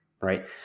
right